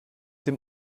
dem